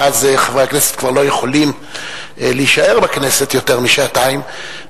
חברי כנסת כבר לא יכולים להישאר בכנסת יותר משעתיים,